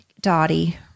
Dottie